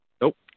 Nope